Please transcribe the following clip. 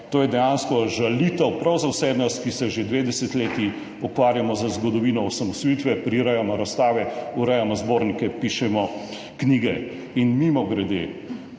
to je dejansko žalitev prav za vse nas, ki se že dve desetletji ukvarjamo z zgodovino osamosvojitve, prirejamo razstave, urejamo zbornike, pišemo knjige. Mimogrede,